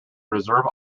reserve